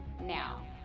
now